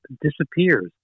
disappears